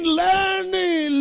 learning